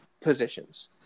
positions